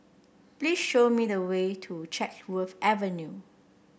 please show me the way to Chatsworth Avenue